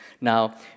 Now